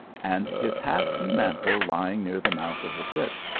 and his hat and mantle lying near the mouth of the pit,